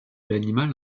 l’animal